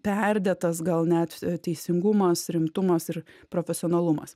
perdėtas gal net teisingumas rimtumas ir profesionalumas